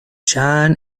joni